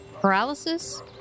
paralysis